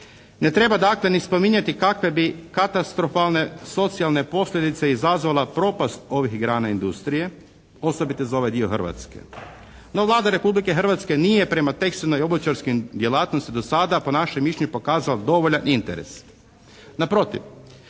Ne treba dakle ni spominjati kakve bi katastrofalne socijalne posljedice izazvala propast ovih grana industrije, osobito za ovaj dio Hrvatske. No Vlada Republike Hrvatske nije prema tekstilnoj i obućarskoj djelatnosti do sada po našem mišljenju pokazala dovoljan interes.